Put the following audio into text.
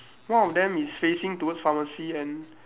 one of them is facing towards pharmacy and